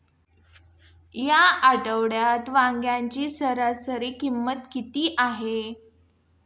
या आठवड्यात वांग्याची सरासरी किंमत किती आहे?